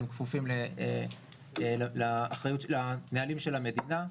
הם כפופים לנהלים של המדינה.